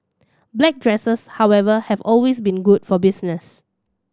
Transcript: black dresses however have always been good for business